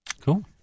Cool